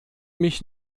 mich